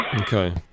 Okay